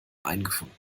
eingefunden